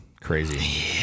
crazy